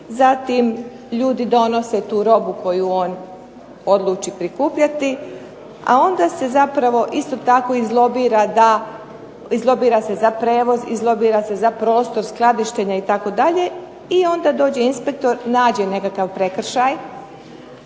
zatim ljudi donose tu robu koju on odluči prikupljati, a onda se isto tako izlobira za prijevoz, za prostor, skladištenje itd., i onda dođe inspektor, nađe nekakav prekršaj